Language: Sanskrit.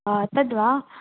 तद् वा